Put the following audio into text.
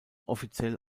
offiziell